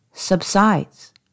subsides